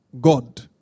God